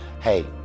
Hey